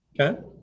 Okay